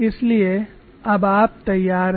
इसलिए अब आप तैयार हैं